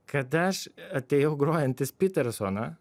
kad aš atėjau grojantis pitersoną